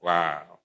Wow